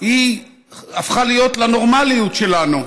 הפכה להיות לנורמליות שלנו.